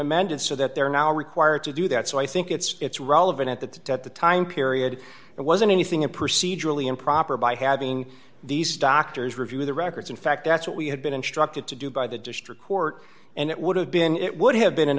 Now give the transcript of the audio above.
amended so that they're now required to do that so i think it's relevant that at the time period there wasn't anything in procedurally improper by having these doctors review the records in fact that's what we had been instructed to do by the district court and it would have been it would have been